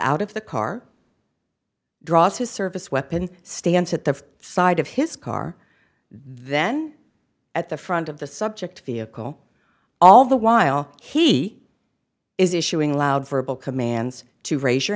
out of the car draws his service weapon stands at the side of his car then at the front of the subject vehicle all the while he is issuing loud verbal commands to raise your